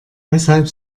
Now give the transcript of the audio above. weshalb